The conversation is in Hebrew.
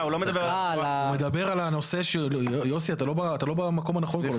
הוא מדבר על הנושא, יוסי, אתה לא במקום הנכון.